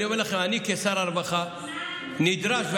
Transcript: אני אומר לכם: אני כשר הרווחה נדרש,